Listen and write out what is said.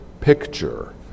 picture